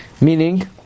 Meaning